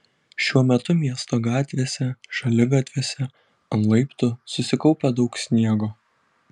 šiuo metu miesto gatvėse šaligatviuose ant laiptų susikaupę daug sniego